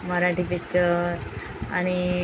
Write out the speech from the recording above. Marathi picture आणि